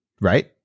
right